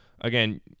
again